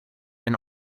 and